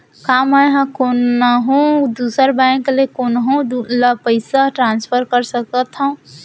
का मै हा कोनहो दुसर बैंक ले कोनहो ला पईसा ट्रांसफर कर सकत हव?